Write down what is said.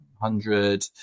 hundred